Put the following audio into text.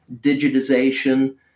digitization